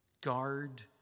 Guard